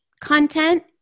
content